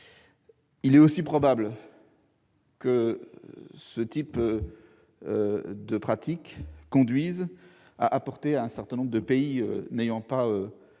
Il est aussi probable que ce type de pratiques conduise à apporter à certains pays n'ayant ni